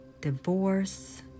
divorce